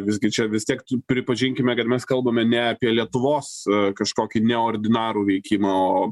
visgi čia vis tiek pripažinkime kad mes kalbame ne apie lietuvos kažkokį ne ordinarų veikimą